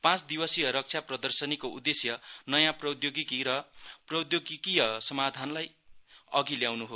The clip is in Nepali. पाँच दिवसीय रक्षा प्रदर्शनीको उद्देश्य नयाँ प्रौद्योगिकी र प्रौद्योगिकीय समाधानलाई अधि ल्याउनु हो